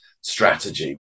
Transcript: strategy